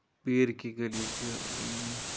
پیٖر کی گلی چھُ